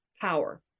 power